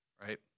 right